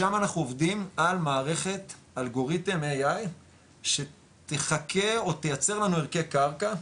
שם אנחנו עובדים על מערכת אלגוריתם AI שתחקה או תייצר לנו ערכי קרקע,